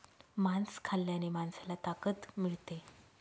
मांस खाल्ल्याने माणसाला ताकद मिळते